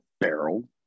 barrel